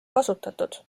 kasutatud